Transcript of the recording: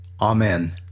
Amen